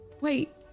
Wait